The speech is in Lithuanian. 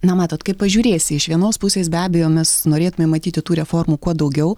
na matot kaip pažiūrėsi iš vienos pusės be abejo mes norėtumėm matyti tų reformų kuo daugiau